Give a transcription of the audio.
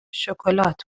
شکلات